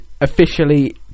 officially